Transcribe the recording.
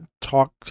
talk